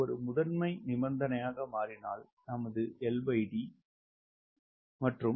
ஒரு முதன்மை நிபந்தனையாக மாறினால் நமது LD 0